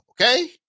okay